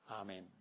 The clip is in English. Amen